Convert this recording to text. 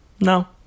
no